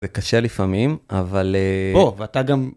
זה קשה לפעמים אבל... בוא! ואתה גם.